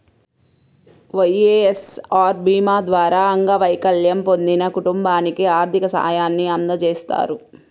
వైఎస్ఆర్ భీమా ద్వారా అంగవైకల్యం పొందిన కుటుంబానికి ఆర్థిక సాయాన్ని అందజేస్తారు